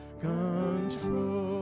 control